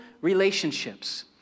relationships